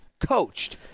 coached